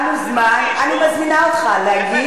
אני מזמינה אותך להגיש,